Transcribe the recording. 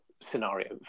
scenario